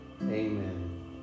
Amen